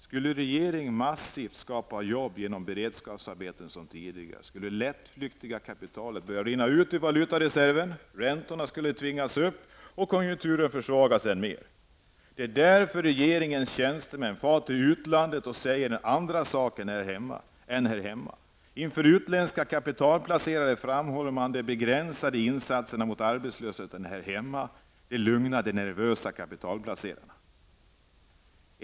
Skulle regeringen massivt skapa jobb genom beredskapsarbeten, som tidigare, skulle det lättflyktiga kapitalet börja rinna ut ur valutareserven. Räntorna skulle tvingas upp och konjunkturerna försvagas än mer. Det är därför regeingens tjänstemän far till utlandet och säger andra saker än här hemma. Inför utländska kapitalplacerare framhåller man det begränsade i insatserna mot arbetslösheten här hemma. Det lugnar de nervösa kapitalplacerarna.